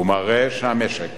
הוא מראה שהמשק